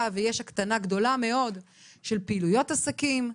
ויש הקטנה גדולה מאוד של פעילויות עסקים,